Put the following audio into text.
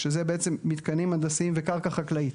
שזה בעצם מתקנים הנדסיים וקרקע חקלאית,